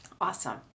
Awesome